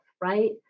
right